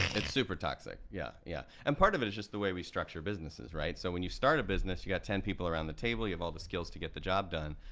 it's super toxic, yeah, yeah, and part of it is just the way we structure businesses, right? so when you start a business, you got ten people around the table, you have all the skills to get the job done.